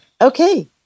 Okay